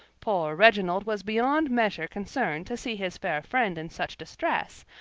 poor reginald was beyond measure concerned to see his fair friend in such distress,